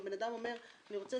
ובן אדם אומר שהוא רוצה